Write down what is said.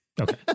Okay